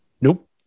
nope